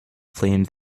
flame